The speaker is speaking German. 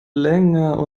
länger